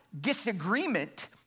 disagreement